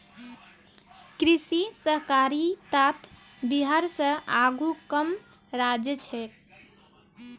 कृषि सहकारितात बिहार स आघु कम राज्य छेक